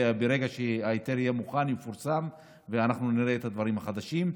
וברגע שההיתר יהיה מוכן הוא יפורסם ואנחנו נראה את הדברים החדשים.